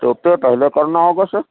تو پے پہلے کرنا ہوگا سر